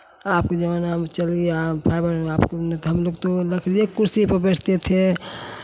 अब के ज़माना में चल गया है फाइबर हमलोग तो लकड़ीए के कुर्सी पर बैठते थे